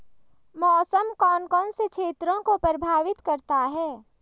मौसम कौन कौन से क्षेत्रों को प्रभावित करता है?